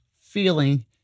feeling